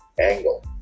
Angle